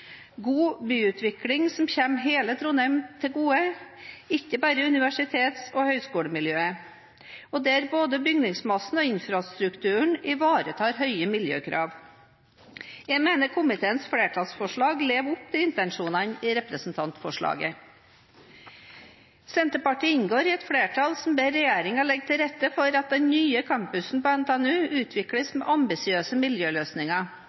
god byutvikling som kommer hele Trondheim til gode – ikke bare universitets- og høyskolemiljøet – og der både bygningsmassen og infrastrukturen ivaretar høye miljøkrav. Jeg mener komiteens flertallsforslag lever opp til intensjonene i representantforslaget. Senterpartiet inngår i et flertall som ber regjeringen legge til rette for at den nye campusen på NTNU utvikles med ambisiøse miljøløsninger.